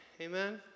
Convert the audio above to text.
Amen